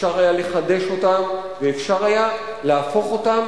אפשר היה לחדש אותם ואפשר היה להפוך אותם